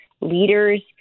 leaders